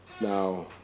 Now